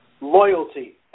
Loyalty